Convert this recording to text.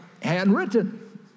handwritten